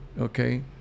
Okay